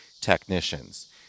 technicians